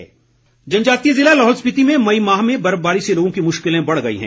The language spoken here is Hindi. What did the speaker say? बर्फबारी जनजातीय ज़िला लाहौल स्पीति में मई माह में बर्फबारी से लोगों की मुश्किलें बढ़ गई हैं